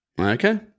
Okay